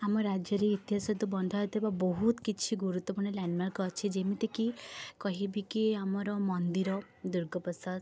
ଆମ ରାଜ୍ୟରେ ଇତିହାସ ସହିତ ବନ୍ଧା ହୋଇଥିବା ବହୁତ କିଛି ଗୁରୁତ୍ୱପୂର୍ଣ୍ଣ ଲ୍ୟାଣ୍ଡମାର୍କ୍ ଅଛି ଯେମିତିକି କହିବିକି ଆମର ମନ୍ଦିର ଦୁର୍ଗପ୍ରସାଦ